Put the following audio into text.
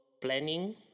planning